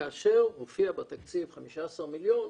כאשר מופיע בתקציב 15 מיליון,